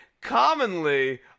Commonly